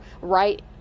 right